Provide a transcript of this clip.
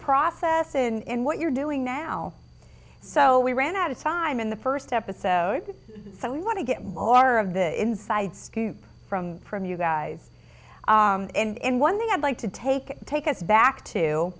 process in what you're doing now so we ran out of time in the first episode so we want to get more of the inside scoop from from you guys and one thing i'd like to take take us back to